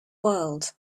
world